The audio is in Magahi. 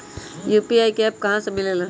यू.पी.आई का एप्प कहा से मिलेला?